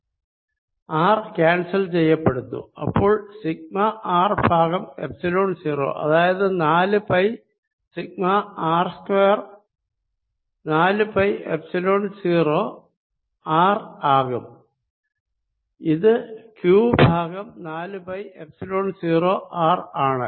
R cancel ചെയ്യപ്പെടുന്നു അപ്പോൾ sigma R by epsilon 0 അതായത് നാലു പൈ സിഗ്മ R സ്ക്വയർ നാലു പൈ എപ്സിലോൺ 0 R ആകും ഇത് Q ബൈ നാലു പൈ എപ്സിലോൺ 0 R ആണ്